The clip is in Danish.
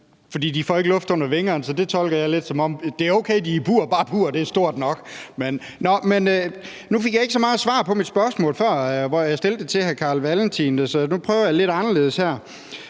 fordi de ikke får luft under vingerne. Så det tolker jeg lidt, som om det er okay, at de er i bur, når bare buret er stort nok. Nå, men nu fik jeg ikke rigtig svar på mit spørgsmål før, da jeg stillede det til hr. Carl Valentin, så nu prøver jeg at gøre det lidt anderledes her.